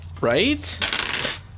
Right